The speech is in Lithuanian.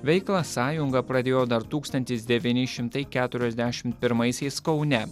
veiklą sąjunga pradėjo dar tūkstantis devyni šimtai keturiasdešimt pirmaisiais kaune